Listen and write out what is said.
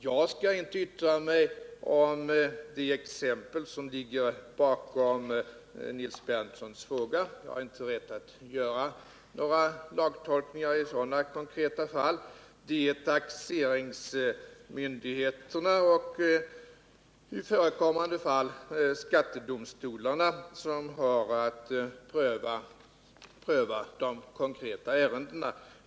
Jag skall inte yttra mig om det exempel som ligger bakom Nils Berndtsons fråga — jag har inte rätt att göra några lagtolkningar i konkreta fall, utan det är taxeringsmyndigheterna och i förekommande fall skattedomstolarna som har att pröva dessa ärenden.